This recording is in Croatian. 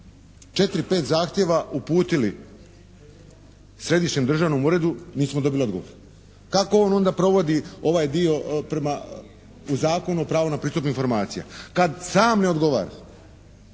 pet zahtjeva uputili Središnjem državnom uredu, nismo dobili odgovor. Kako on onda provodi ovaj dio prema Zakonu o pravu na pristup informacija kad sam ne odgovara?